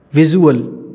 visual